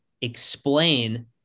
explain